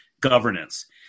governance